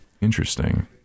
interesting